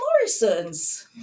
Morrison's